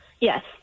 Yes